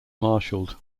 martialed